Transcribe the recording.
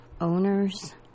owners